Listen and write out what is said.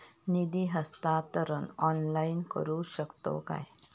निधी हस्तांतरण ऑनलाइन करू शकतव काय?